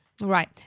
Right